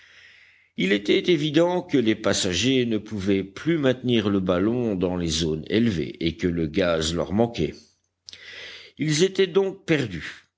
il était évident que les passagers ne pouvaient plus maintenir le ballon dans les zones élevées et que le gaz leur manquait ils étaient donc perdus